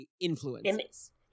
influence